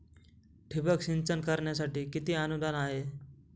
ठिबक सिंचन करण्यासाठी किती अनुदान आहे?